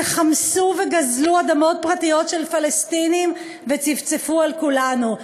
שחמסו וגזלו אדמות פרטיות של פלסטינים וצפצפו על כולנו.